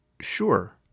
Sure